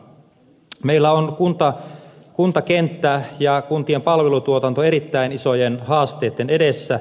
meillä on kuntakenttä ja kuntien palvelutuotanto erittäin isojen haasteitten edessä